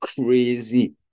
crazy